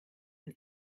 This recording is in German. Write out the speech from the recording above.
ein